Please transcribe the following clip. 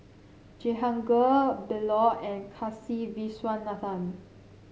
Jehangirr Bellur and Kasiviswanathan